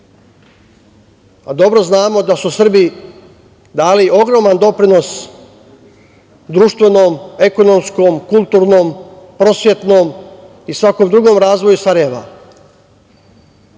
Dobro znamo da su Srbi dali ogroman doprinos društvenom, ekonomskom, kulturnom, prosvetnom i svakom drugom razvoju Sarajeva.